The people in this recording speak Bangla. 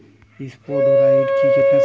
স্পোডোসাইট কি কীটনাশক?